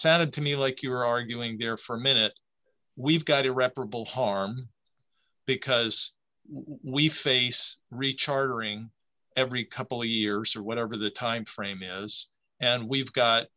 sounded to me like you're arguing there for a minute we've got irreparable harm because we face recharger ing every couple years or whatever the timeframe is and we've got